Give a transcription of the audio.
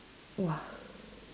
!wow!